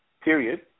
period